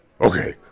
okay